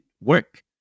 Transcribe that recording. work